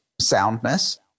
soundness